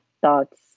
thoughts